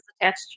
attached